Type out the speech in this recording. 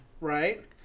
right